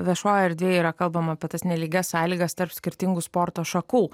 viešojoje erdvėje yra kalbama apie tas nelygias sąlygas tarp skirtingų sporto šakų